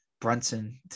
Brunson